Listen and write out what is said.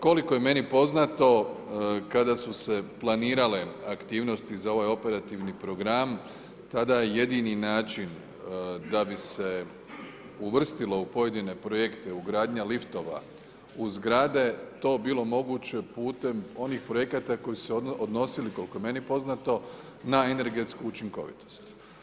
Koliko je meni poznato kada su se planirale aktivnosti za ovaj operativni program, tada jedini način da bi se uvrstilo u pojedine projekte ugradnja liftova u zgrade to bilo moguće putem onih projekata koji su se odnosili koliko je meni poznato na energetsku učinkovitost.